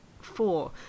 four